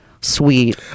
sweet